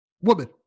Woman